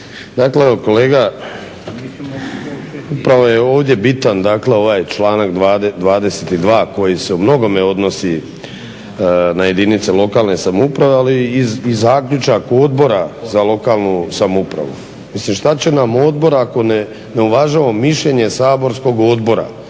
Dakle, evo kolega upravo je ovdje bitan, dakle ovaj članak 22. koji se u mnogome odnosi na jedinice lokalne samouprave ali i zaključak Odbora za lokalnu samoupravu. Mislim šta će nam odbor ako ne uvažavamo mišljenje Saborskog odbora